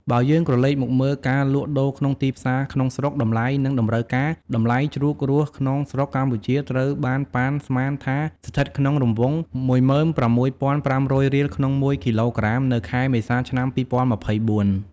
បើយើងក្រលេកមកមើលការលក់ដូរក្នុងទីផ្សារក្នុងស្រុកតម្លៃ និងតម្រូវការ តម្លៃជ្រូករស់ក្នុងស្រុកកម្ពុជាត្រូវបានប៉ាន់ស្មានថាស្ថិតក្នុងរង្វង់ ១៦,៥០០ រៀលក្នុងមួយគីឡូក្រាមនៅខែមេសា ឆ្នាំ ២០២៤។